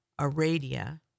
Aradia